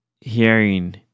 hearing